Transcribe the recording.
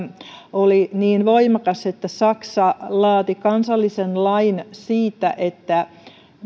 oli niin voimakas että saksa laati kansallisen lain siitä